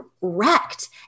wrecked